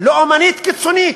לאומנית קיצונית,